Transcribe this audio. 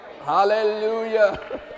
hallelujah